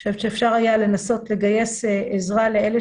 אני חושבת שאפשר היה לנסות לגייס עזרה לאלה